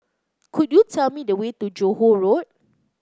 could you tell me the way to Johore Road